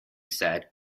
said